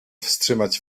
wstrzymać